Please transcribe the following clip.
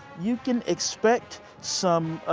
you can expect some,